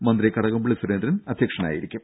മന്ത്രി കടകംപള്ളി സുരേന്ദ്രൻ അധ്യക്ഷനായിരിക്കും